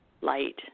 light